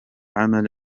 عمل